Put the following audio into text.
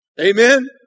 Amen